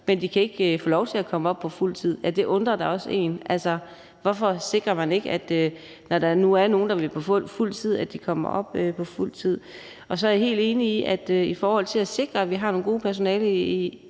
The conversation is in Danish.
men de kan ikke få lov til at komme op på fuld tid. Det undrer da også en. Hvorfor sikrer man ikke, når der nu er nogle, der vil på fuld tid, at de kommer op på fuld tid? Så er jeg helt enig i, at vi skal sikre, at vi har et godt personale i